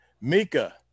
Mika